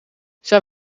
zij